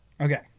Okay